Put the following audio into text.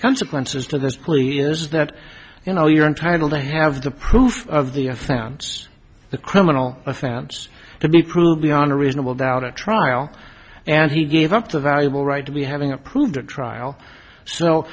consequences to this plea is that you know you're entitled to have the proof of the i found the criminal offense to be proved beyond a reasonable doubt a trial and he gave up the valuable right to be having approved a trial so